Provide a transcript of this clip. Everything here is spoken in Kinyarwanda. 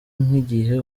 nk’igihe